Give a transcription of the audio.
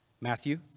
Matthew